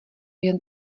jen